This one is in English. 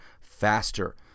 faster